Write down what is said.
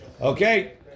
Okay